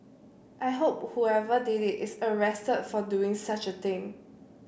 I hope whoever did it is arrested for doing such a thing